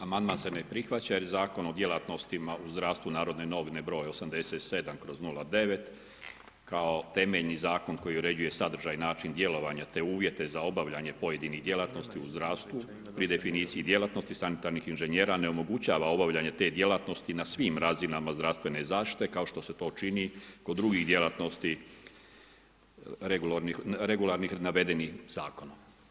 Amandman se ne prihvaća jer Zakon o djelatnostima u zdravstvu, NN br. 87/09 kao temeljni zakon koji uređuje, sadržaj, način i djelovanja te uvjete za obavljanje pojedinih djelatnosti u zdravstvu pri definiciji djelatnosti sanitarnih inženjera, ne omogućava obavljanje te djelatnosti na svim razinama zdravstvene zaštite kao što se to čini kod drugih djelatnosti regularnih navedenih zakona.